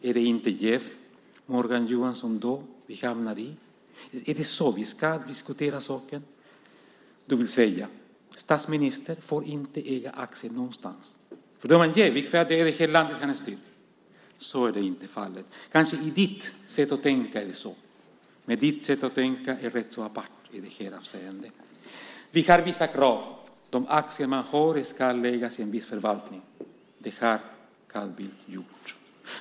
Är det inte jäv, Morgan Johansson, man hamnar i då? Är det så vi ska diskutera saken, det vill säga att statsministern inte får äga aktier någonstans därför att han är jävig eftersom han styr över hela landet? Så är inte fallet. Kanske det är så med ditt sätt att tänka, men ditt sätt att tänka är rätt apart i det avseendet. Vi har vissa krav. De aktier man har ska läggas i en viss förvaltning. Det har Carl Bildt gjort.